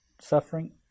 suffering